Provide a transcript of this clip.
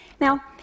Now